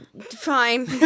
Fine